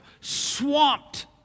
swamped